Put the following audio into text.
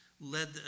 led